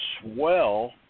swell